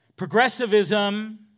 Progressivism